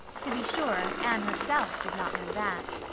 to be sure, anne herself did not know that.